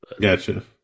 Gotcha